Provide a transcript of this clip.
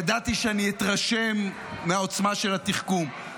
ידעתי שאני אתרשם מהעוצמה של התחכום,